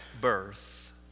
birth